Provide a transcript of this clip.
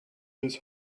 his